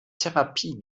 therapie